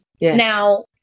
Now